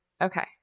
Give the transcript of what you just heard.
Okay